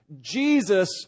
Jesus